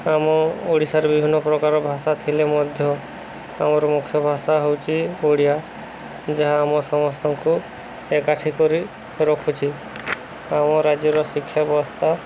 ଆମ ଓଡ଼ିଶାର ବିଭିନ୍ନ ପ୍ରକାର ଭାଷା ଥିଲେ ମଧ୍ୟ ଆମର ମୁଖ୍ୟ ଭାଷା ହେଉଛି ଓଡ଼ିଆ ଯାହା ଆମ ସମସ୍ତଙ୍କୁ ଏକାଠି କରି ରଖୁଛି ଆମ ରାଜ୍ୟର ଶିକ୍ଷା ବ୍ୟବସ୍ଥା